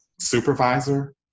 supervisor